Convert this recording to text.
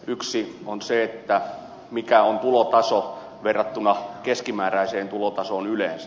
yksi on se mikä on tulotaso verrattuna keskimääräiseen tulotasoon yleensä